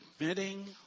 admitting